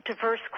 diverse